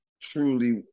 truly